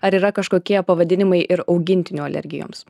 ar yra kažkokie pavadinimai ir augintinių alergijoms